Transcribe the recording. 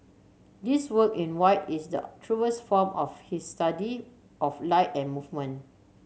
this work in white is the truest form of his study of light and movement